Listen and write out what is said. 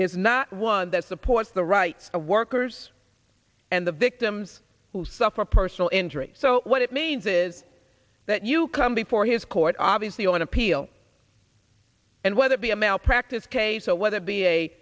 is not one that supports the rights of workers and the victims who suffer personal injury so what it means is that you come before his court obviously on appeal and whether it be a malpractise case or whether be a